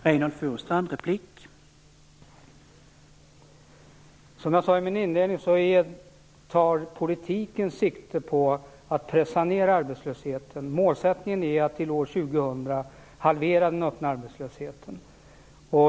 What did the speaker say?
Herr talman! Som jag sade i min inledning tar politiken sikte på att pressa ned arbetslösheten. Målsättningen är att till år 2000 halvera den öppna arbetslösheten.